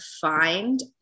find